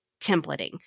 templating